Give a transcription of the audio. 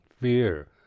Fear